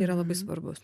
yra labai svarbus